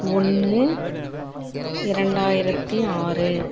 ஒன்று இரண்டாயிரத்தி ஆறு